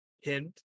hint